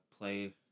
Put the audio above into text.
play